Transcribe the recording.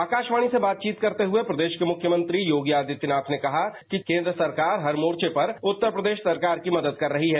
आकाशवाणी से बातचीत करते हुए प्रदेश के मुख्यमंत्री योगी आदित्यनाथ ने कहा कि केन्द्र सरकार हर मोर्चे पर उत्तर प्रदेश सरकार की मदद कर रही है